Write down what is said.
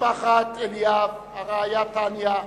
משפחת אליאב, הרעיה טניה,